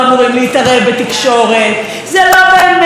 ונוודא שהאנשים האלה יאבדו את מקום עבודתם.